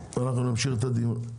אנחנו נמשיך את הדיון.